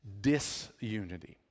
Disunity